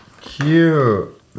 Cute